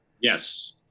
Yes